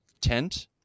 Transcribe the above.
tent